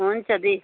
हुन्छ दी